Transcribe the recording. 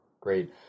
Great